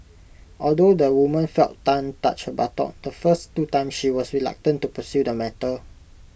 although the woman felt Tan touch buttock the first two times she was reluctant to pursue the matter